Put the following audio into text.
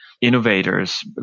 innovators